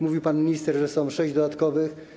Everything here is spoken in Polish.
Mówił pan minister, że jest sześć dodatkowych.